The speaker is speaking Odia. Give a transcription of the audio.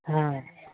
ହଁ